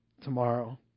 tomorrow